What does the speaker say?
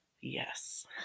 yes